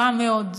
רע מאוד.